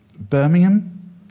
Birmingham